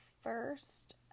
first